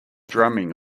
drumming